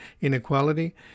inequality